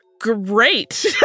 Great